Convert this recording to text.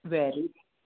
very